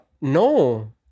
No